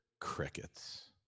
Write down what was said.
crickets